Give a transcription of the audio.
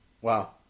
wow